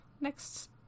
next